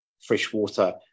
freshwater